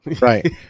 Right